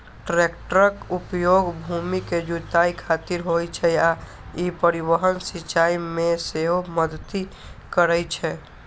टैक्टरक उपयोग भूमि के जुताइ खातिर होइ छै आ ई परिवहन, सिंचाइ मे सेहो मदति करै छै